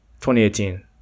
2018